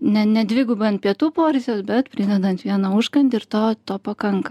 ne ne dvigubai ant pietų porcijos bet pridedant vieną užkandį ir to to pakanka